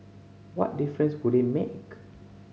what difference would it make